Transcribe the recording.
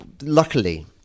luckily